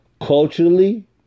Culturally